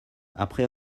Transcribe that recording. après